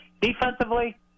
Defensively